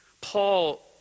Paul